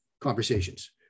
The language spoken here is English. conversations